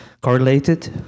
correlated